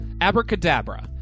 abracadabra